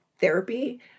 therapy